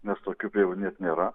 nes tokių pievų net nėra